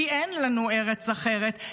כי אין לנו ארץ אחרת,